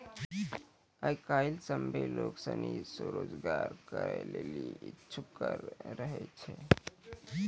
आय काइल सभ्भे लोग सनी स्वरोजगार करै लेली इच्छुक रहै छै